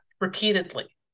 repeatedly